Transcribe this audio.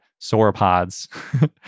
Sauropods